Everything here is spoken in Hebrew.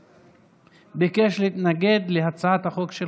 זה שאפשרת לי להתנגד להצעת החוק,